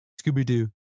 scooby-doo